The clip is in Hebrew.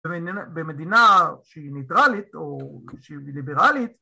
במדינה שהיא ניטרלית או שהיא ליברלית